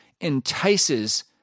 entices